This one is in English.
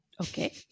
Okay